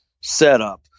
setup